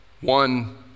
one